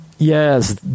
Yes